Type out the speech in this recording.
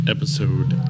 Episode